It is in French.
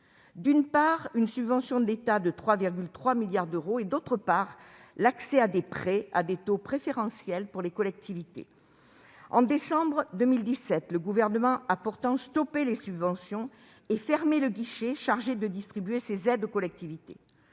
d'une part, une subvention de l'État de 3,3 milliards d'euros et, d'autre part, l'accès à des prêts à des taux préférentiels. En décembre 2017, le Gouvernement a pourtant stoppé les subventions et fermé le guichet chargé de distribuer ces aides aux collectivités.